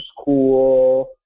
school